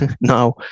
now